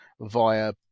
via